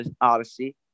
odyssey